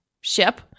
ship